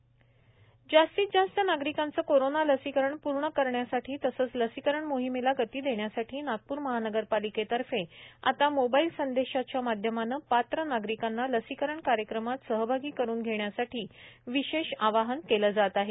corona लसीकरण मनपा जास्तीत जास्त नागरिकांचे कोरोना लसीकरण पूर्ण करण्यासाठी तसेच लसीकरण मोहिमेला गती देण्यासाठी नागपूर महानगरपालिकेतर्फे आता मोबाईल संदेशाच्या माध्यमाने पात्र नागरिकांना लसीकरण कार्यक्रमात सहभागी करुन घेण्यासाठी विशेष आवाहन केले जात आहे